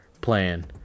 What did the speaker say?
playing